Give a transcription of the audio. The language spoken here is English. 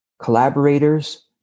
collaborators